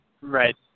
Right